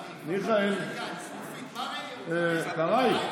מיכאל, קרעי.